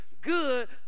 Good